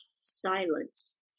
Silence